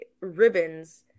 ribbons